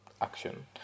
Action